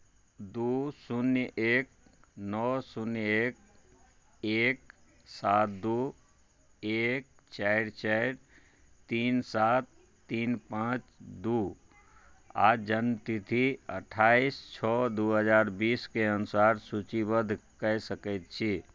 दू शून्य एक नओ शून्य एक एक सात दू एक चारि चारि तीन सात तीन पाँच दू आ जन्मतिथि अठाइस छओ दू हजार बीसके अनुसार सूचीबद्ध कय सकैत छी